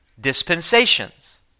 dispensations